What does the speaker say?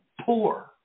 poor